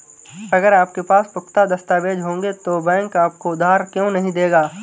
अगर आपके पास पुख्ता दस्तावेज़ होंगे तो बैंक आपको उधार क्यों नहीं देगा?